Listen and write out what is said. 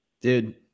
Dude